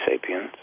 sapiens